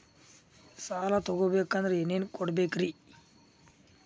ಸಾಲ ತೊಗೋಬೇಕಂದ್ರ ಏನೇನ್ ಕೊಡಬೇಕ್ರಿ?